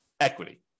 equity